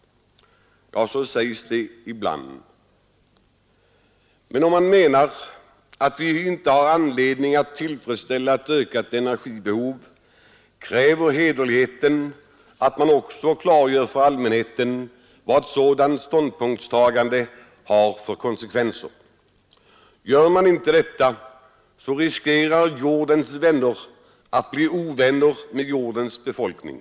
Ja, så sägs det ibland. Men om man menar att vi inte har anledning att tillfredsställa ett ökat energibehov, kräver hederligheten att man också klargör för allmänheten vad ett sådant ståndpunktstagande har för konsekvenser. Gör man inte detta, så riskerar ”Jordens vänner” att bli ovänner med jordens befolkning.